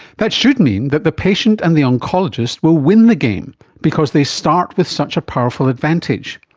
that should mean that the patient and the oncologist will win the game because they start with such a powerful advantage.